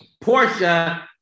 Portia